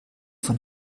von